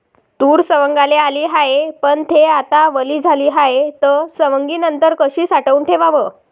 तूर सवंगाले आली हाये, पन थे आता वली झाली हाये, त सवंगनीनंतर कशी साठवून ठेवाव?